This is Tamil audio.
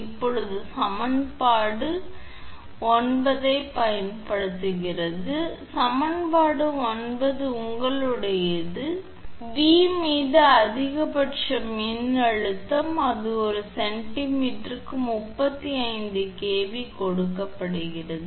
இப்போது சமன்பாடு 9 ஐப் பயன்படுத்துகிறது சமன்பாடு 9 உங்களுடையது ஆ V மீது அதிகபட்ச மின் அழுத்தம் அது ஒரு சென்டிமீட்டருக்கு 35 kV கொடுக்கப்படுகிறது